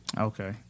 Okay